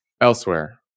Elsewhere